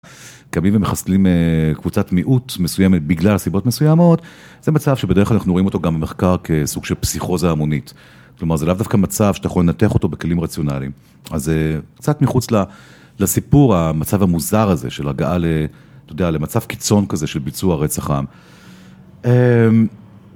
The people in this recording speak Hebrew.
קמים ומחסלים אה... קבוצת מיעוט, מסוימת, בגלל סיבות מסוימות, זה מצב שבדרך כלל אנחנו רואים אותו גם במחקר כ...סוג של פסיכוזה המונית. כלומר זה לאו דווקא מצב, שאתה יכול לנתח אותו בכלים רציונליים. אז אה... קצת מחוץ ל...לסיפור ה...מצב המוזר הזה, של הגעה ל...אתה יודע, למצב קיצון כזה של ביצוע רצח עם. אמ...